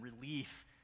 relief